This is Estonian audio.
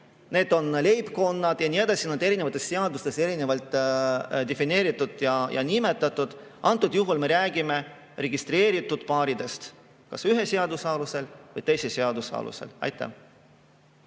On ka leibkonnad ja nii edasi, kes on erinevates seadustes erinevalt defineeritud ja nimetatud. Antud juhul me räägime registreeritud paaridest kas ühe seaduse alusel või teise seaduse alusel. Aitäh!